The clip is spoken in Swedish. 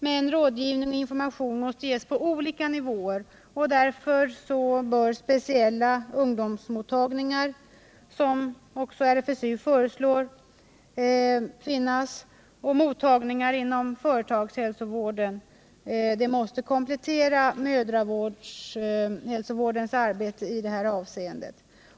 Men rådgivning och information måste ges på olika nivåer, och därför bör speciella ungdomsmottagningar, som också RFSU föreslår, och mottagningar inom t.ex. företagshälsovården komplettera mödrahälsovårdens arbete i detta avseende.